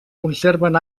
conserven